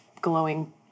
glowing